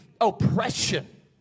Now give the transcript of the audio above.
Oppression